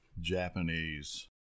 Japanese